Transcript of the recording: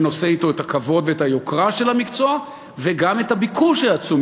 ונושא אתו את הכבוד ואת היוקרה של המקצוע וגם את הביקוש העצום,